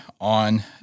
on